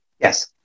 Yes